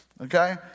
Okay